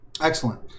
Excellent